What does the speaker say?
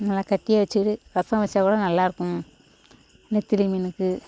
நல்லா கட்டியாக வச்சிக்கிட்டு ரசம் வச்சா கூட நல்லாயிருக்கும் நெத்திலி மீனுக்கு